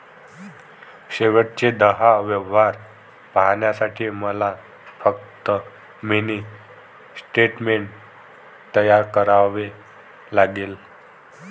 शेवटचे दहा व्यवहार पाहण्यासाठी मला फक्त मिनी स्टेटमेंट तयार करावे लागेल